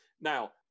Now